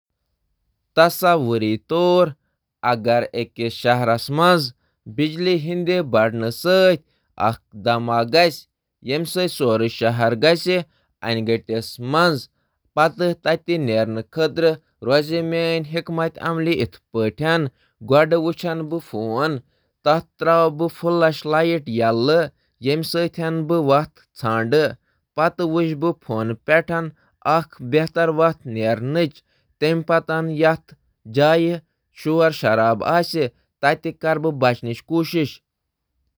تصور کٔرِو اچانک بجلی بنٛد یُس شہر انہِ گوٚٹَس منٛز وَسان چھُ۔ بہٕ چُھس بھروسہٕ سان پننِس فونُک ٹارچ لایِٹ آن کران تہٕ ژھایہِ منٛزۍ پنٕنۍ وتھ ہاوان۔ ییلہٕ بہٕ ہجوم وچھان چُھ، بہٕ چُھس روزنس نکار کران۔ بہٕ کَرٕ برٛونٛہہ کُن۔